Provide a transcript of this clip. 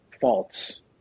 faults